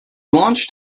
launched